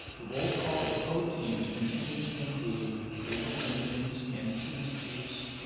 the role call of pro teams continues to include cleveland's indians, kansas city's chiefs,